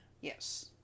Yes